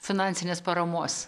finansinės paramos